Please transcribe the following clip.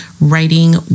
writing